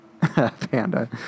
panda